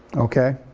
okay?